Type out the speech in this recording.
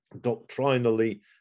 doctrinally